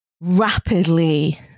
rapidly